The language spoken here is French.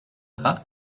pas